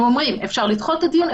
אנחנו אומרים אפשר לדחות את הדיון,